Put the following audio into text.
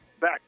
Back